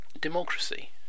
democracy